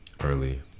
early